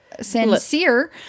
sincere